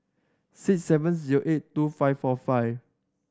six seven zero eight two five four five